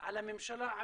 על הממשלה,